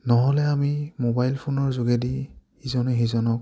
নহ'লে আমি মোবাইল ফোনৰ যোগেদি ইজনে সিজনক